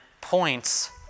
points